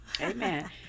Amen